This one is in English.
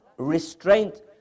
restraint